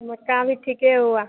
मक्का भी ठीके हुआ